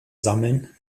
sammeln